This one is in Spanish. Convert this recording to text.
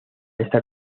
esta